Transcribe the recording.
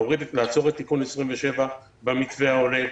לעצור את תיקון מס' 27 במתווה העולה,